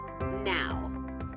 now